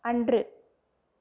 அன்று